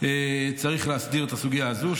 צריך להסדיר את הסוגיה הזו.